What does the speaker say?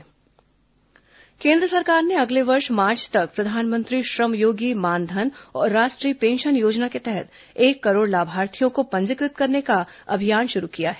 pension योजना केन्द्र सरकार ने अगले वर्ष मार्च तक प्रधानमंत्री श्रमयोगी मानधन और राष्ट्रीय पेंशन योजना के तहत एक करोड़ लाभार्थियों को पंजीकृत करने का अभियान शुरू किया है